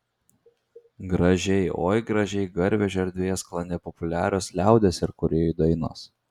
gražiai oi gražiai garvežio erdvėje sklandė populiarios liaudies ir kūrėjų dainos